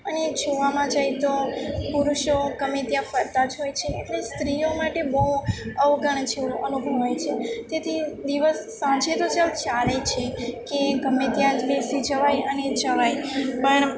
અને જોવામાં જાય તો પુરુષો ગમે ત્યાં ફરતા જ હોય છે એટલે સ્ત્રીઓ માટે બહુ અવગણ જેવું અનુભવાય છે તેથી દિવસ સાંજે તો ચલ ચાલે છે કે ગમે ત્યાં બેસી જવાય અને જવાય પણ